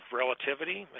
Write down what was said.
relativity